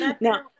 now